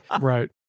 Right